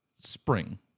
spring